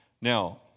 Now